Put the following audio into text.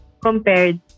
compared